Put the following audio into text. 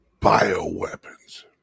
bioweapons